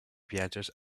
viatges